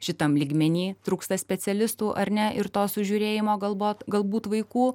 šitam lygmeny trūksta specialistų ar ne ir to sužiūrėjimo galbūt galbūt vaikų